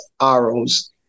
arrows